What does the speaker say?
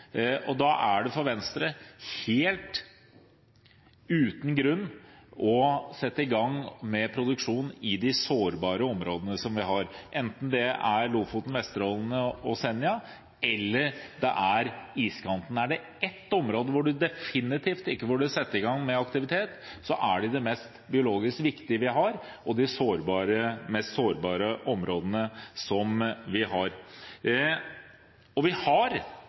Da er det etter Venstres syn ingen grunn til å sette i gang med produksjon i de sårbare områdene vi har, enten det gjelder Lofoten, Vesterålen og Senja, eller det gjelder iskanten. Er det på ett område en definitivt ikke burde sette i gang med aktivitet, er det i de biologisk viktigste og mest sårbare områdene vi har. Vi har en avtale på borgerlig side, mellom fire partier, om at vi ikke skal ha petroleumsaktivitet innenfor iskanten. Vi